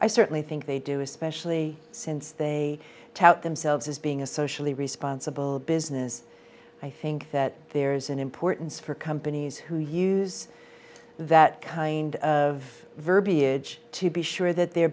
i certainly think they do especially since they tout themselves as being a socially responsible business i think that there's an importance for companies who use that kind of verbiage to be sure that they